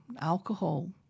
alcohol